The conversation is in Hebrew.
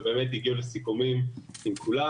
והגיעו לסיכומים עם כולם.